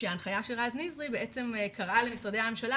כשההנחיה של רז נזרי קראה למשרדי הממשלה